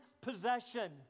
possession